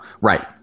Right